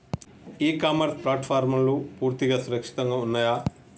ఇ commerce ప్లాట్ఫారమ్లు పూర్తిగా సురక్షితంగా ఉన్నయా?